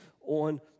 on